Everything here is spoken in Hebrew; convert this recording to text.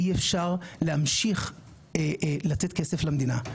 אי אפשר להמשיך לתת כסף למדינה.